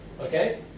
Okay